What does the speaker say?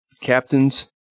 captains